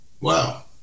Wow